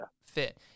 fit